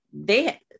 they-